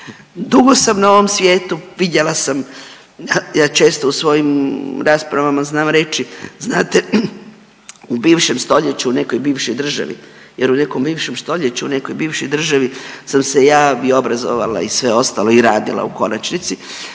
dugo sam na ovom svijetu, vidjela sam, ja često u svojim raspravama znam reći znate u bivšem stoljeću u nekoj bivšoj državi jer u nekom bivšem stoljeću i u nekoj bivšoj državi sam se ja i obrazovala i sve ostalo i radila u konačnici,